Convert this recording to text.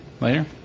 later